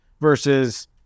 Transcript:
versus